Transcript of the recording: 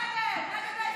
נגד, נגד האזרחים.